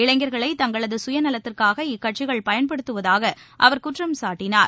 இளைஞர்களை தங்களது சுயநலத்திற்காக இக்கட்சிகள் பயன்படுத்துவதாக அவர் குற்றம் சாட்டினார்